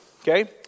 okay